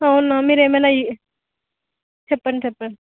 అవునా మీరు ఏమైనా చెప్పండి చెప్పండి